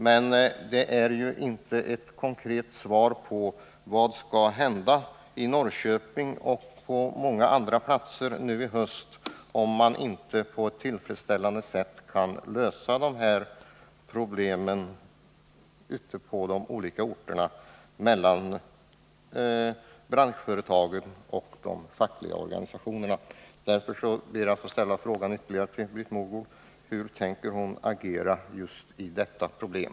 Men det är ju inte ett konkret svar på frågan: Vad skall hända i Norrköping och på många andra platser nu i höst om man inte på ett tillfredsställande sätt kan lösa dessa problem som branschföretagen och de fackliga organisationerna har? Därför ber jag att få ställa frågan ytterligare en gång till Britt Mogård: Hur tänker Britt Mogård agera när det gäller just detta problem?